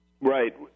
Right